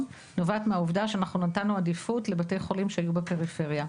נובעת מהעובדה שאנחנו נתנו עדיפות לבתי חולים שהיו בפריפריה.